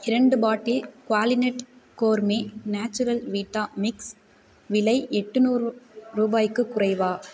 இரண்டு bottle Qualinut gourmet natural vita mix விலை எட்டு நூறு ரூபாய்க்கு குறைவா